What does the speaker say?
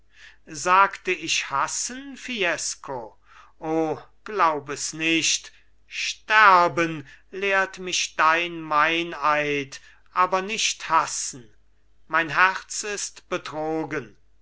sagte ich hassen fiesco o glaub es nicht sterben lehrt mich dein meineid aber nicht hassen mein herz ist betrogen